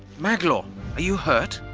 maglor! are you hurt?